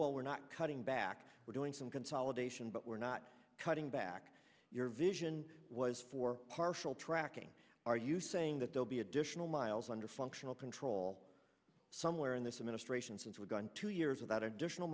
well we're not cutting back we're doing some consolidation but we're not cutting back your vision was for partial tracking are you saying that they'll be additional miles under functional control somewhere in this administration says we're going to years without additional